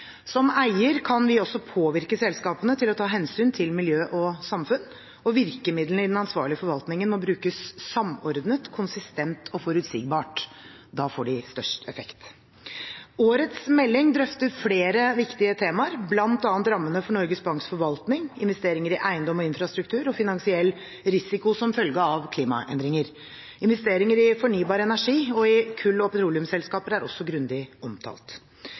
Som eier kan vi også påvirke selskapene til å ta hensyn til miljø og samfunn, og virkemidlene i den ansvarlige forvaltningen må brukes samordnet, konsistent og forutsigbart. Da får de størst effekt. Årets melding drøfter flere viktige temaer, bl.a. rammene for Norges Banks forvaltning, investeringer i eiendommer og infrastruktur og finansiell risiko som følge av klimaendringer. Investeringer i fornybar energi og i kull- og petroleumsselskaper er også grundig omtalt.